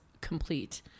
complete